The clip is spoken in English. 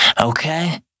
okay